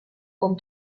con